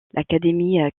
l’académie